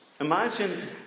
Imagine